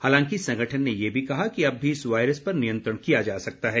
हालांकि संगठन ने यह भी कहा कि अब भी इस वायरस पर नियंत्रण किया जा सकता है